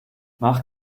mach